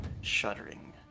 shuddering